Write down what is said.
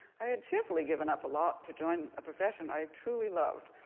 i had cheerfully given up a lot to join a profession i have truly loved,